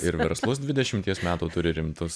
ir verslus dvidešimties metų turi rimtus